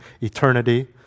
eternity